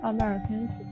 Americans